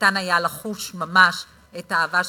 ואפשר היה לחוש ממש את האהבה שלו,